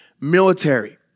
military